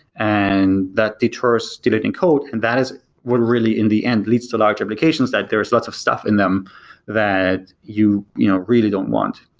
and that deters deleting code, and code that is what really in the end leads to large applications, that there's lots of stuff in them that you you know really don't want.